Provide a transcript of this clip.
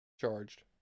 charged